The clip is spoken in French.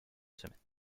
semaines